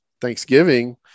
Thanksgiving